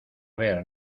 ver